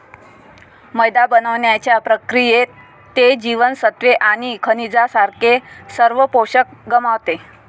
मैदा बनवण्याच्या प्रक्रियेत, ते जीवनसत्त्वे आणि खनिजांसारखे सर्व पोषक गमावते